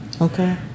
Okay